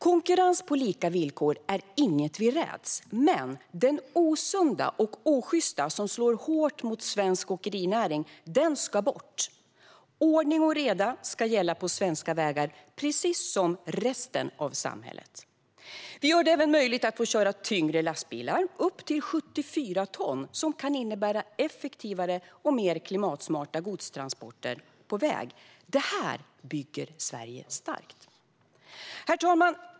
Konkurrens på lika villkor är inget vi räds, men den osunda och osjysta konkurrensen som slår hårt mot svensk åkerinäring ska bort. Ordning och reda ska gälla på svenska vägar, precis som i resten av samhället. Vi gör det även möjligt att få köra tyngre lastbilar, upp till 74 ton, som kan innebära effektivare och mer klimatsmarta godstransporter på väg. Det här bygger Sverige starkt! Herr talman!